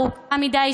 הארוכה מדי,